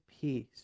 peace